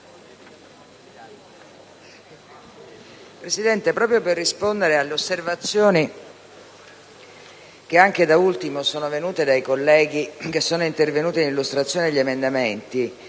Presidente, proprio per rispondere alle osservazioni che anche da ultimo sono venute dai colleghi intervenuti nell'illustrazione degli emendamenti,